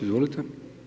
Izvolite.